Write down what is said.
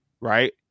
right